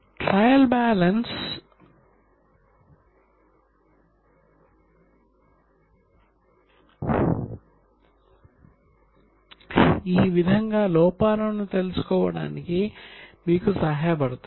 trial balance ఈ విధంగా లోపాలను తెలుసుకోవడానికి మీకు సహాయపడుతుంది